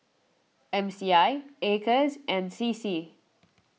M C I Acres and C C